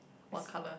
what colour